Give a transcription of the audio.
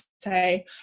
say